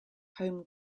home